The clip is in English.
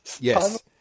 Yes